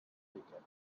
ticket